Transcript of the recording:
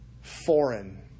foreign